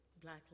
Black